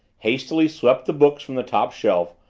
hastily swept the books from the top shelf,